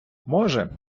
може